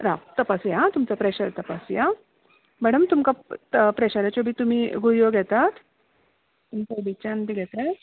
राव तपासुयां आ तुमचो प्रॅशर तपासुयां मॅडम तुमकां प्रॅशराच्यो बी तुमी गुळयो घेतात आनी डायबीच्यान बी घेतात